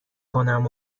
کنم